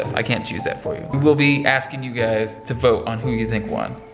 i can't choose that for you. we will be asking you guys to vote on who you think won.